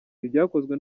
ibyakozwe